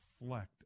reflect